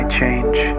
change